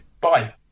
Bye